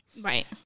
Right